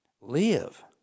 live